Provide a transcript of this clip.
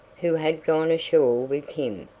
who had gone ashore with him,